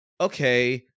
Okay